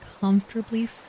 comfortably